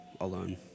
alone